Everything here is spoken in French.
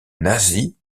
nazi